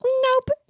nope